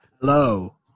Hello